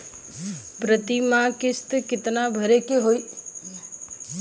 प्रति महीना किस्त कितना भरे के होई?